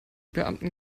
beamten